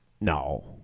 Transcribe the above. No